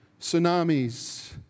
tsunamis